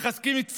ומחזקים את צה"ל,